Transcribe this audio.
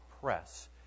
press